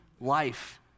life